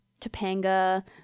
Topanga